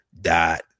dot